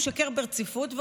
משקר ברציפות,